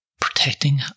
protecting